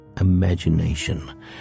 imagination